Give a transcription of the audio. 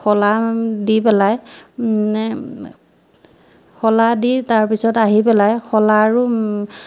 শলা দি পেলাই শলা দি তাৰপিছত আহি পেলাই শলা আৰু